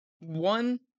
one